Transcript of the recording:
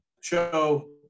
show